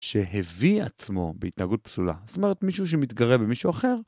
שהביא עצמו בהתנהגות פסולה, זאת אומרת מישהו שמתגרה במישהו אחר.